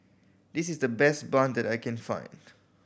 this is the best bun that I can find